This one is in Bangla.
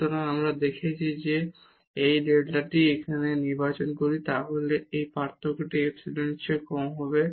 সুতরাং আমরা দেখিয়েছি যে আমরা যদি এই ডেল্টাটি এখানে নির্বাচন করি তাহলে এই পার্থক্যটি ইপসিলনের চেয়ে কম হবে